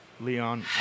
Leon